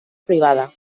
privada